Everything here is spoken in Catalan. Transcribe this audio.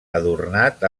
adornat